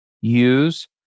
use